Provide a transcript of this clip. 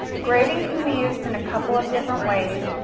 grading can be used in a couple of different ways,